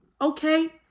Okay